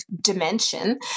dimension